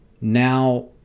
now